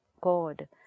God